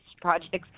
projects